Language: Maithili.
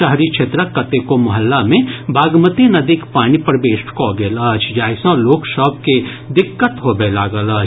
शहरी क्षेत्रक कतेको मोहल्ला मे बागमती नदीक पानि प्रवेश कऽ गेल अछि जाहि सँ लोक सभ के दिक्कत होबय लागल अछि